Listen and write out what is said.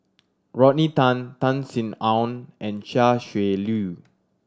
Rodney Tan Tan Sin Aun and Chia Shi Lu